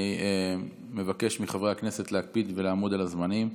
אני מבקש מחברי הכנסת להקפיד לעמוד בזמנים.